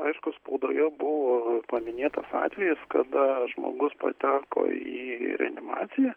aišku spaudoje buvo paminėtas atvejis kada žmogus pateko į reanimaciją